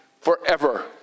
forever